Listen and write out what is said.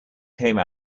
came